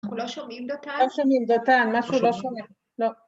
‫אנחנו לא שומעים דותן? ‫-לא שומעים דותן, משהו לא שומע.